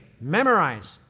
memorize